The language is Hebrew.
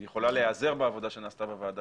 היא יכולה להיעזר בעבודה שנעשתה בוועדה